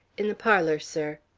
in the parlor, sir.